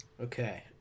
okay